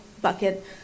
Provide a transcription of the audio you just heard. bucket